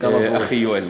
אחי יואל.